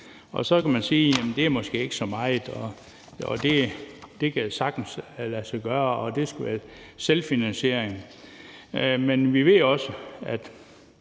kr. Så kan man sige, at det måske ikke er så meget, og at det sagtens kan lade sig gøre, og at det skal være selvfinansiering, men vi ved også, at